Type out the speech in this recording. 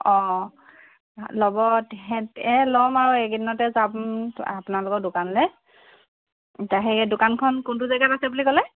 অঁ ল'ব ল'ম আৰু এই কেইদিনতে যাম আপোনালোকৰ দোকানলে দোকানখন কোনটো জেগাত আছে বুলি ক'লে